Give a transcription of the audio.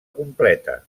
completa